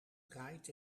draait